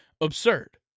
absurd